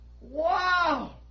Wow